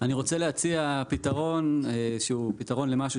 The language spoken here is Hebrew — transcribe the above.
אני רוצה להציע פתרון שהוא פתרון למשהו